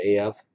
AF